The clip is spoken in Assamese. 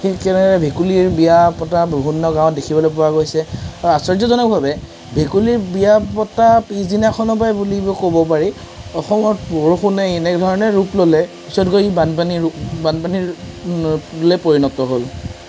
সেইকাৰণে ভেকুলীৰ বিয়া পতা বিভিন্ন গাঁৱত দেখিবলৈ পোৱা গৈছে আৰু আশ্চৰ্যজনকভাৱে ভেকুলীৰ বিয়া পতা পিছদিনাখনৰপৰাই বুলি ক'ব পাৰি অসমত বৰষুণে এনেধৰণে ৰূপ ল'লে পিছত গৈ ই বানপানীৰ ৰূপ বানপানীৰ পৰিণত হ'ল